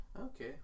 Okay